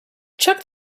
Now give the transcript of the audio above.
check